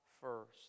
first